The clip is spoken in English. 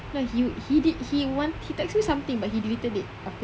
no he he did he want he text me something but he deleted it after that